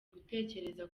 gutekereza